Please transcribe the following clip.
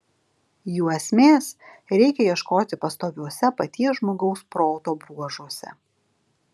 jų esmės reikia ieškoti pastoviuose paties žmogaus proto bruožuose